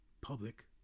public